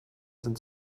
sind